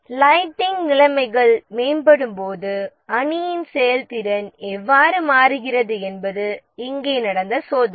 lighting நிலைமைகள் மேம்படும்போது அணியின் செயல்திறன் எவ்வாறு மாறுகிறது என்பது இங்கே நடந்த யோசனை